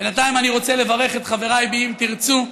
בינתיים אני רוצה לברך את חבריי באם תרצו,